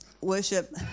Worship